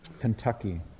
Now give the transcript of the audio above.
Kentucky